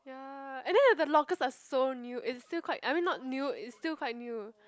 ya and then you have the lockers are so new it's still quite I mean not new it's still quite new